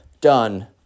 done